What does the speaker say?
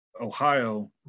Ohio